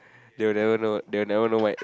they will never know they will never know what